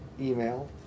email